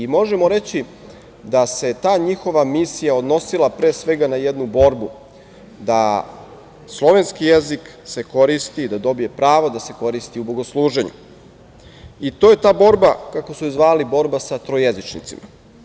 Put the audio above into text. Možemo reći da se ta njihova misija odnosila pre svega na jednu borbu da slovenski jezik se koristi da dobije pravo da se koristi u bogosluženju i to je ta borba, kako su je zvali, sa trojezičnicima.